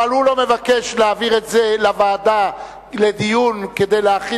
אבל הוא לא מבקש להעביר את זה לוועדה כדי להכין